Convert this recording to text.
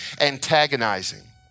Antagonizing